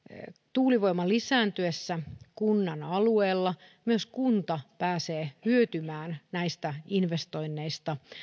tuulivoiman lisääntyessä kunnan alueella myös kunta pääsee hyötymään näistä investoinneista